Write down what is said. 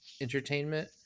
entertainment